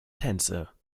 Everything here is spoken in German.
tänze